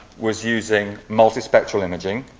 was using multi spectral imaging,